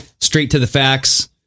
straight-to-the-facts